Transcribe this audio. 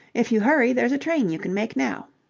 if you hurry, there's a train you can make now.